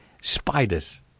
spiders